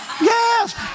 Yes